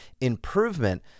improvement